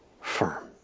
firm